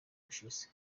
gushize